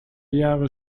jahre